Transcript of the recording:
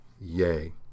yay